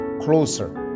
closer